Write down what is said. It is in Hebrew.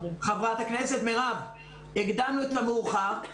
חברת הכנסת, הקדמת את המאוחר.